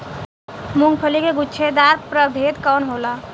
मूँगफली के गुछेदार प्रभेद कौन होला?